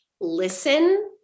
listen